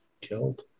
killed